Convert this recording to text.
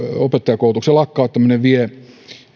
opettajakoulutuksen lakkauttaminen vie